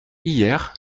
hier